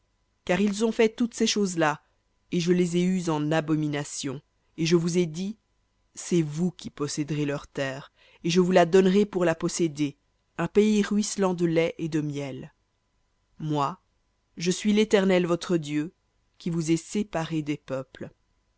car ils ont fait toutes ces choses-là et je les ai eus en abomination et je vous ai dit c'est vous qui posséderez leur terre et je vous la donnerai pour la posséder un pays ruisselant de lait et de miel moi je suis l'éternel votre dieu qui vous ai séparés des peuples